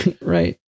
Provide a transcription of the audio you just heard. Right